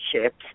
ships